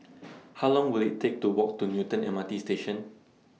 How Long Will IT Take to Walk to Newton M R T Station